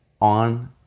on